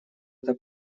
эта